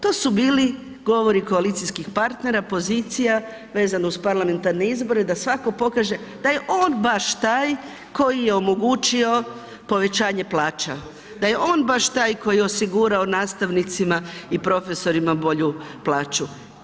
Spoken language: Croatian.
To su bili govori koalicijskih partnera, pozicija vezanih uz parlamentarne izbore da svako pokaže da je on baš taj koji je omogućio povećanje plaća, da je on baš taj koji je osigurao nastavnicima i profesorima bolju plaću.